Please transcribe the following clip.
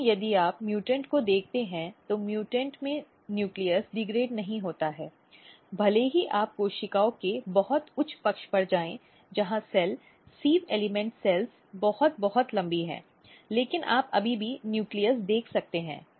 लेकिन यदि आप म्यूटेंट को देखते हैं तो म्यूटेंट में नाभिक डीग्रेड नहीं होता है भले ही आप कोशिकाओं के बहुत उच्च पक्ष पर जाएं जहां सेल सिव़ एलिमेंट कोशिकाएँ बहुत बहुत लंबी हैं लेकिन आप अभी भी नाभिक देख सकते हैं